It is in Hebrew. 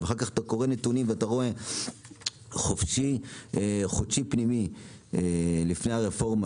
ואחר כך אתה קורא נתונים ורואה חופשי-חודשי פנימי לפני הרפורמה